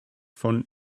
von